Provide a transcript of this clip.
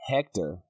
Hector